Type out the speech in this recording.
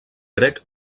grec